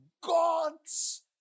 God's